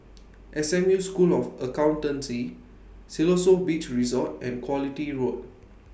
S M U School of Accountancy Siloso Beach Resort and Quality Road